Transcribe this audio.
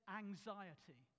anxiety